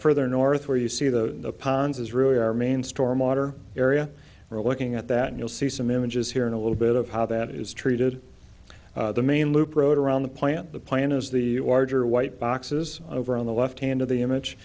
further north where you see the ponds is really our main stormwater area we're looking at that you'll see some images here in a little bit of how that is treated the main loop road around the plant the plan is the order white boxes over on the left hand of the image